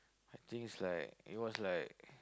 I think is like it was like